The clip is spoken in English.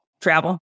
travel